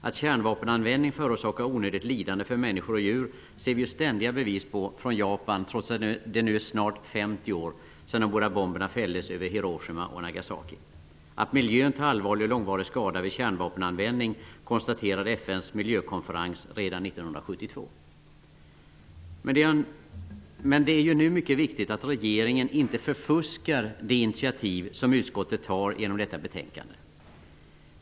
Att kärnvapenanvändning förorsakar onödigt lidande för människor och djur ser vi ju ständiga bevis på från Japan, trots att det nu är snart 50 år sedan de båda bomberna fälldes över Hiroshima och Nagasaki. Att miljön tar allvarlig och långvarig skada vid kärnvapenanvändning konstaterade FN:s miljökonferens redan 1972. Men det är nu mycket viktigt att regeringen inte förfuskar det initiativ som utskottet tar genom detta betänkande.